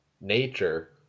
nature